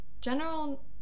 general